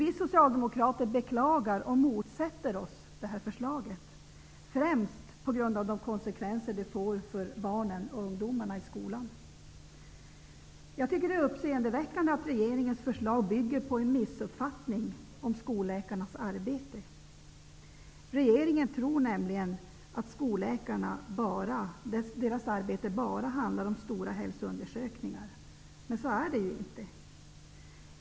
Vi socialdemokrater beklagar och motsätter oss förslaget främst på grund av de konsekvenser detta för med sig för barnen och ungdomarna i skolan. Jag tycker att det är uppseendeväckande att regeringens förslag bygger på en missuppfattning om skolläkarnas arbete. Regeringen tror nämligen att skolläkarnas arbete bara handlar om stora hälsoundersökningar, men så är det ju inte.